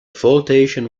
flotation